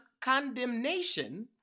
condemnation